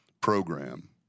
program